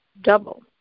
double